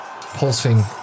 pulsing